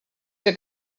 que